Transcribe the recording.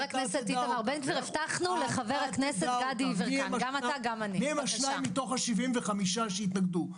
אותם, מי השניים מה-75 שהתנגדו.